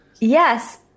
Yes